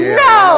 no